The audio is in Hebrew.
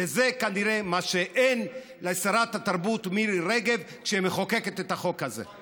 וזה כנראה מה שאין לשרת התרבות מירי רגב כשהיא מחוקקת את החוק הזה.